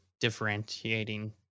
differentiating